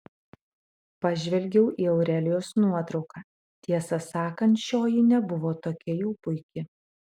pažvelgiau į aurelijos nuotrauką tiesą sakant šioji nebuvo tokia jau puiki